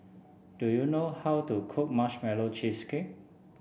do you know how to cook Marshmallow Cheesecake